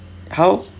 how